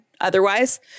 otherwise